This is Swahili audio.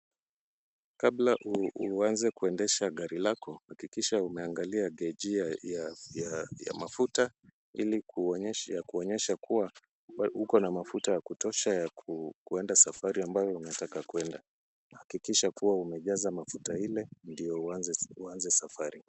Kabla uanze kuendesha gari lako hakikisha umeangalia geji ya mafuta ili kuonyesha kuwa uko na mafuta ya kutosha ya kuenda safari ambayo unataka kuenda. Hakikisha kuwa umejaza mafuta ile ndio uanze safari.